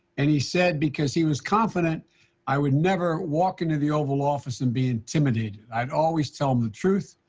and he said because he was confident i would never walk into the oval office and be intimidated, i'd always tell him the truth,